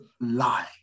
lie